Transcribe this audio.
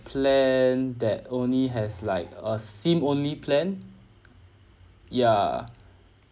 plan that only has like a SIM only plan ya